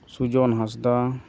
Sujon Hansda